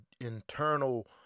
internal